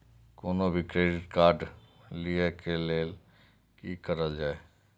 कोनो भी credit card लिए के लेल की करल जाय?